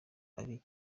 ari